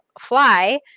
fly